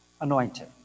anointed